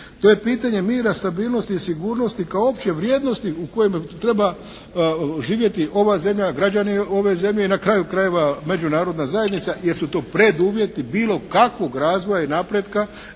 To je pitanje mira, stabilnosti i sigurnosti kao opće vrijednosti u kojem treba živjeti ova zemlja, građani ove zemlje i na kraju krajeva Međunarodna zajednica jer su to preduvjeti bilo kakvog razvoja i napretka